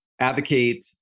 advocate